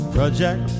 project